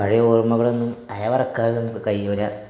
പഴയ ഓർമകളൊന്നും അയവിറക്കാൻ നമുക്ക് കഴിയില്ല